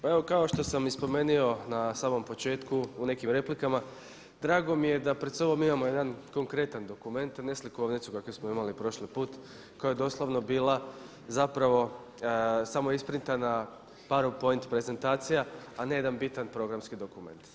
Pa evo kao što sam i spomenuo na samom početku u nekim replikama drago mi je da pred sobom imamo jedan konkretan dokument a ne slikovnicu kakvu smo imali prošli put koja je doslovno bila zapravo samo isprintana power point prezentacija a ne jedan bitan programski dokument.